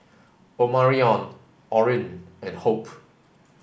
Omarion Orrin and Hope